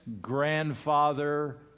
grandfather